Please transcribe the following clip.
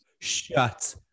Shut